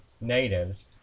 natives